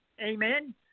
Amen